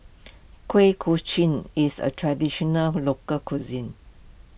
Kuih Kochi is a Traditional Local Cuisine